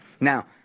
Now